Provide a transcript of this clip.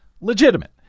legitimate